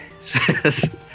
says